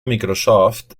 microsoft